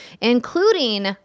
including